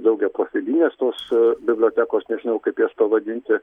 daugiaprofilinės tos bibliotekos nežinau kaip jas pavadinti